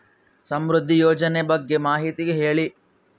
ಸಮೃದ್ಧಿ ಯೋಜನೆ ಬಗ್ಗೆ ಮಾಹಿತಿ ಹೇಳಿ?